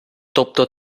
тобто